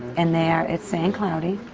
and they are it's saying cloudy.